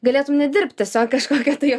galėtum nedirbt tiesiog kažkokia tai